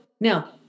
now